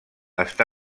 està